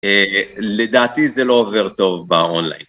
לדעתי זה לא עובר טוב באונליין.